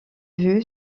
vue